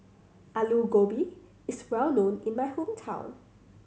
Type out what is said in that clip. Alu Gobi is well known in my hometown